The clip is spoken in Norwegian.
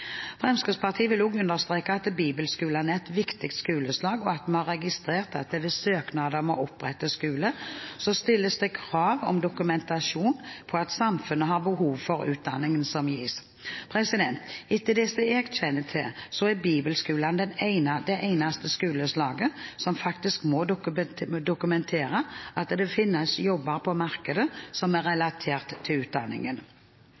Fremskrittspartiet vil også understreke at bibelskolene er et viktig skoleslag, og at vi har registrert at det ved søknad om å opprette skoler stilles krav om dokumentasjon på at samfunnet har behov for utdanningen som gis. Etter det jeg kjenner til, er bibelskolene det eneste skoleslaget som faktisk må dokumentere at det finnes jobber på markedet som er